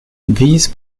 these